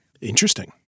Interesting